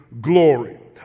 glory